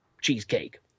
cheesecake